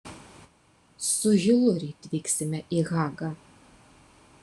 su hilu ryt vyksime į hagą